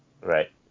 right